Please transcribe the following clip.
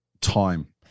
time